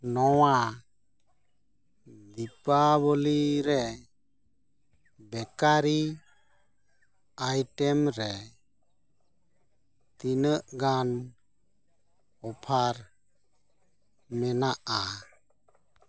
ᱱᱚᱶᱟ ᱫᱤᱯᱟᱵᱚᱞᱤ ᱨᱮ bakery item ᱨᱮ ᱛᱤᱱᱟᱹᱜ ᱜᱟᱱ ᱚᱯᱷᱟᱨ ᱢᱮᱱᱟᱜᱼᱟ